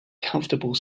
comfortable